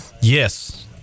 Yes